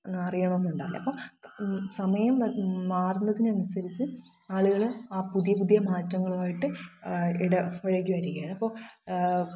അറിയണമെന്ന് ഉണ്ടാവില്ല അപ്പം സമയം മാറുന്നതിനനുസരിച്ച് ആളുകൾ ആ പുതിയ പുതിയ മാറ്റങ്ങളുമായിട്ട് ഇടപഴകി വരുകയാണ് അപ്പോൾ